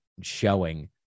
showing